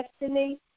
destiny